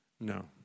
No